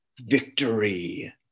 victory